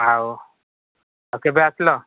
ଆଉ କେବେ ଆସିଲ